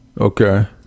Okay